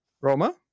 Roma